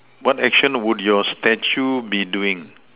what action would your statue be doing